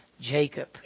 Jacob